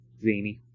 zany